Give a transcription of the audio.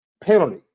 penalty